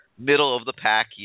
middle-of-the-pack